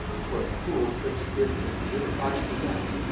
for a fool couldn't give such good advice as that.